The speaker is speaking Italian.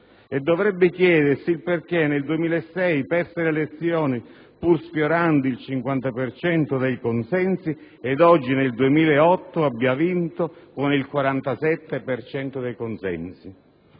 e dovrebbe chiedersi perché nel 2006 perse le elezioni pur sfiorando il 50 per cento dei consensi ed oggi, nel 2008, abbia vinto con il 47 per cento